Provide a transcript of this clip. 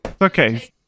Okay